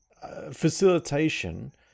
facilitation